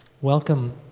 welcome